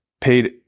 paid